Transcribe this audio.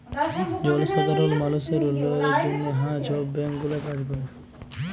জলসাধারল মালুসের উল্ল্যয়লের জ্যনহে হাঁ ছব ব্যাংক গুলা কাজ ক্যরে